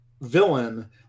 villain